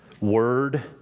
word